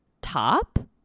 top